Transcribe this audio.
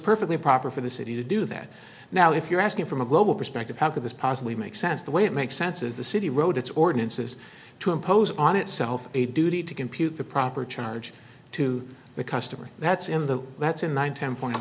perfectly proper for the city to do that now if you're asking from a global perspective how could this possibly make sense the way it makes sense as the city rode its ordinances to impose on itself a duty to compute the proper charge to the customer that's in the that's in one ten point